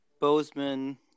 Bozeman